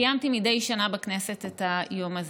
קיימתי מדי שנה בכנסת את היום הזה.